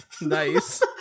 Nice